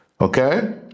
Okay